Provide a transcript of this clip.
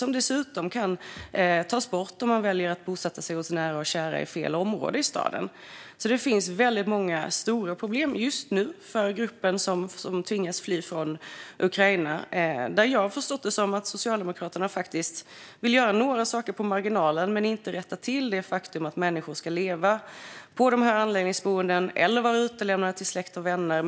Den kan dessutom tas bort om de väljer att bosätta sig hos nära och kära i fel område i staden. Det finns många stora problem just nu för gruppen som tvingas fly från Ukraina. Jag har förstått det som att Socialdemokraterna vill göra några saker på marginalen, men man vill inte rätta till det faktum att människor ska leva på de här anläggningsboendena eller vara utlämnade till släkt och vänner.